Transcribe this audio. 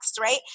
Right